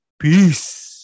peace